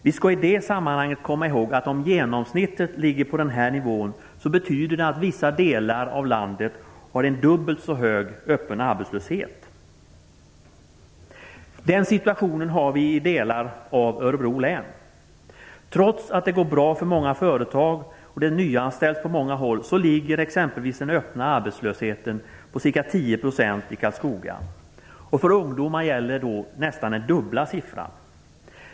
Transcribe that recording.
Vi skall i det sammanhanget komma ihåg att om genomsnittet är så högt, betyder det att vissa delar av landet har en dubbelt så hög öppen arbetslöshet. Den situationen har vi i delar av Örebro län. Trots att det går bra för många företag och det nyanställs på många håll, uppgår exempelvis den öppna arbetslösheten till ca 10 % i Karlskoga. För ungdomar gäller nästan den dubbla andelen.